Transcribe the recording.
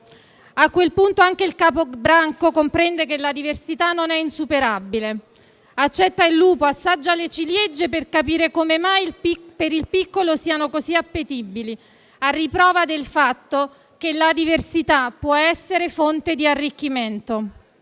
A quel punto anche il capo branco comprende che la diversità non è insuperabile: accetta il lupo e assaggia le ciliegie per capire come mai per il piccolo siano così appetibili; a riprova del fatto che la diversità può essere fonte di arricchimento.